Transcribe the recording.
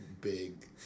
big